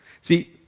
See